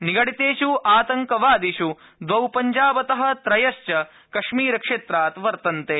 निगडितेष् आतङ्कवादिष् द्वौ पंजाबत त्रयश्च कश्मीरक्षेत्रात् वर्तन्ते